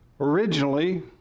Originally